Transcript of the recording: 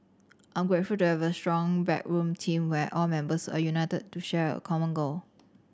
I am grateful to have a strong backroom team where all members are united to share a common goal